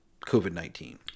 COVID-19